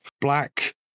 black